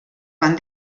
van